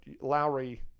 Lowry